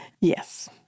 Yes